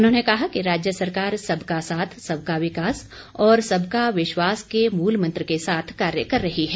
उन्होंने कहा कि राज्य सरकार सबका साथ सबका विकास और सबका विश्वास के मूल मंत्र के साथ कार्य कर रही है